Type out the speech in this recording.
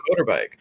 motorbike